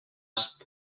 asp